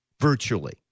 virtually